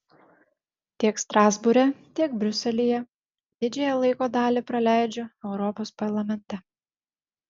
tiek strasbūre tiek briuselyje didžiąją laiko dalį praleidžiu europos parlamente